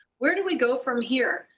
where do we go from here?